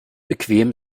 bequem